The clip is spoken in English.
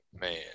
man